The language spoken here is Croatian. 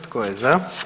Tko je za?